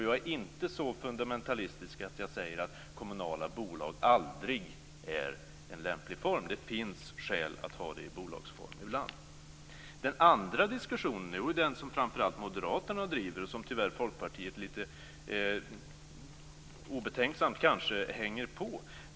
Jag är inte så fundamentalistisk att jag säger att kommunala bolag aldrig är en lämplig form. Det finns ibland skäl att ha verksamheten i bolagsform. Den andra diskussionen drivs framför allt av Moderaterna, och Folkpartiet hänger kanske tyvärr lite obetänksamt på.